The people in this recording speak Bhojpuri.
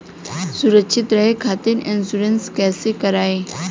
सुरक्षित रहे खातीर इन्शुरन्स कईसे करायी?